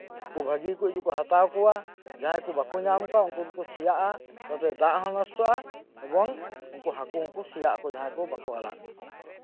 ᱵᱷᱟᱜᱤᱠᱩᱡ ᱫᱚᱠᱩ ᱦᱟᱛᱟᱣ ᱠᱚᱣᱟ ᱡᱟᱦᱟᱸᱭ ᱠᱩ ᱵᱟᱠᱩ ᱧᱟᱢ ᱠᱚᱣᱟ ᱩᱱᱠᱩ ᱫᱚᱠᱩ ᱥᱮᱭᱟᱜ ᱟ ᱛᱟᱛᱮ ᱫᱟᱜ ᱦᱚᱸ ᱱᱚᱥᱴᱚᱜ ᱟ ᱮᱵᱚᱝ ᱩᱱᱠᱩ ᱦᱟᱹᱠᱩ ᱦᱚᱠᱩ ᱥᱮᱭᱟᱜ ᱟᱠᱩ ᱡᱟᱦᱟᱸᱭ ᱠᱩ ᱵᱟᱹᱠᱩ ᱦᱟᱞᱟᱝ ᱩᱱᱠᱩᱫᱚ